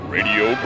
Radio